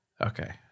Okay